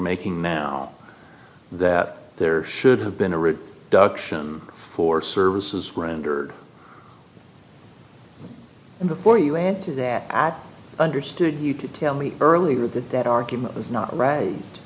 making now that there should have been a writ duction for services rendered and before you answer that i understood you to tell me earlier that that argument was not r